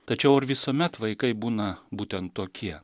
tačiau ar visuomet vaikai būna būtent tokie